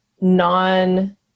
non